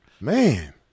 Man